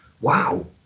Wow